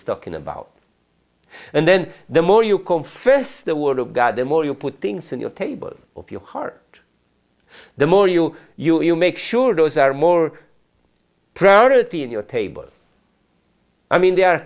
talking about and then the more you confess the word of god the more you put things in your table of your heart the more you you you make sure those are more priority in your table i mean there are